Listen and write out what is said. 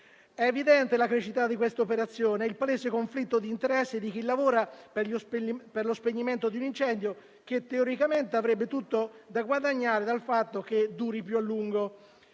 È evidente la cecità di questa operazione, così come il palese conflitto di interesse di chi lavora per lo spegnimento di un incendio, che teoricamente avrebbe tutto da guadagnare dal fatto che duri più a lungo.